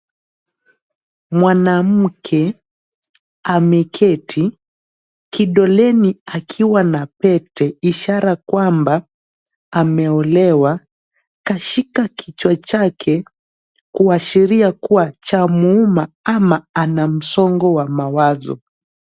Mwanamke ameketi kidoleni akiwa na pete ishara kwamba ameolewa, kashika kichwa chake kuashiria kuwa cha muuma ama ana msongo wa mawazo.